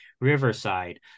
Riverside